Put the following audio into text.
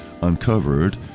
Uncovered